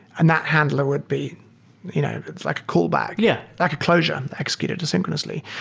and that handler would be you know it's like a callback, yeah like a closure executed asynchronously.